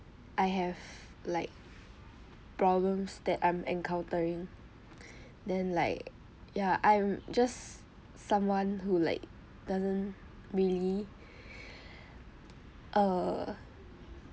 I have like problems that I'm encountering then like ya I'm just someone who like doesn't really err